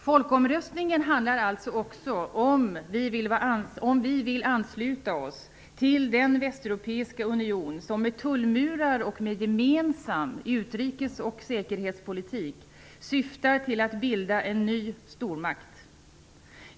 Folkomröstningen handlar alltså också om ifall vi vill ansluta oss till den västeuropeiska union som med tullmurar och med gemensam utrikes och säkerhetspolitik syftar till att bilda en ny stormakt.